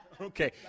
Okay